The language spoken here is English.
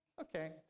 Okay